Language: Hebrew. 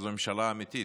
היא שזאת ממשלה אמיתית.